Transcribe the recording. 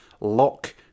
lock